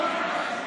חברי הכנסת)